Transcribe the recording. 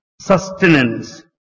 sustenance